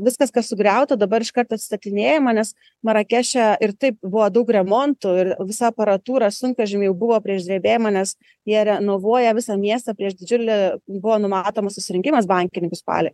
viskas kas sugriauta dabar iškart atstatinėjama nes marakeše ir taip buvo daug remontų ir visa aparatūra sunkvežimiai jau buvo prieš drebėjimą nes jie renovuoja visą miestą prieš didžiulį buvo numatomas susirinkimas bankininkų spalį